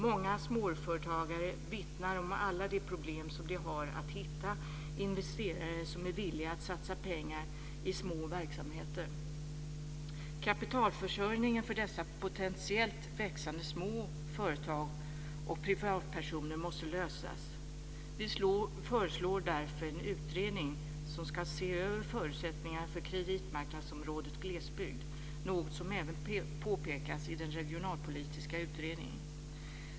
Många småföretagare vittnar om alla de problem som de har att hitta investerare som är villiga att satsa pengar i små verksamheter. Kapitalförsörjningen för dessa potentiellt växande små företag och privatpersoner måste lösas. Vi föreslår därför en utredning som ska se över förutsättningar för kreditmarknadsområdet i glesbygd, något som även tas upp i den regionalpolitiska utredningen.